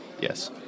Yes